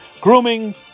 grooming